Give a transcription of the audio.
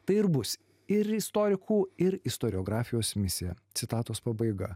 tai ir bus ir istorikų ir istoriografijos misija citatos pabaiga